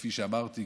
כפי שאמרתי,